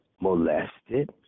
molested